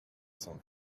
san